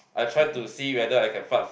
I tried to see whether I can fart